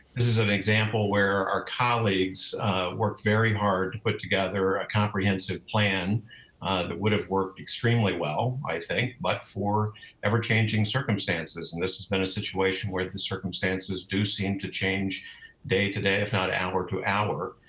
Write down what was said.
this is an example where our colleagues worked very hard to put together a comprehensive plan that would've worked extremely well, i think, but for ever changing circumstances, and this has been a situation where the circumstances do seem to change day to day, if not hour to hour,